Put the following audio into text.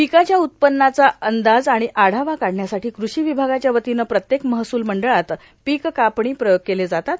पीकाच्या उत्पन्नाचा अंदाज आणि आढावा काढण्यासाठी कृषी विभागाच्या वतीने प्रत्येक महसूल मंडळात पीक कापणी प्रयोग केले जातात